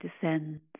descends